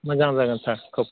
मोजां जागोन सार खोब